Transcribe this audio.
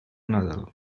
nadal